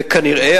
וכנראה,